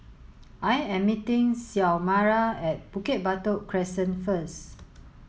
I am meeting Xiomara at Bukit Batok Crescent first